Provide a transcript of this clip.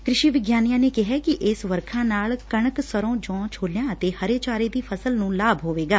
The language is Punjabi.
ਕ੍ਿਸ਼ੀ ਵਿਗਿਆਨੀਆ ਨੇ ਕਿਹੈ ਕਿ ਇਸ ਵਰਖਾ ਨਾਲ ਕਣਕ ਸਰੋ ਜੋਂ ਛੋਲਿਆ ਅਤੇ ਹਰੇ ਚਾਰੇ ਦੀ ਫਸਲ ਨੂੰ ਲਾਭ ਹੋਵੇਗਾ